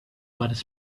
was